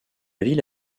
ville